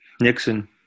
Nixon